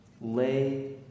Lay